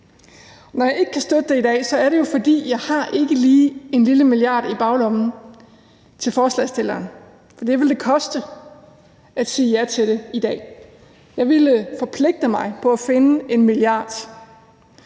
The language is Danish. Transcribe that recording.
Når jeg ikke kan støtte det i dag, er det jo, fordi jeg ikke lige har en lille milliard i baglommen til forslagsstilleren. For det ville det koste at sige ja til det i dag; jeg ville forpligte mig til at finde en milliard.